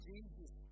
Jesus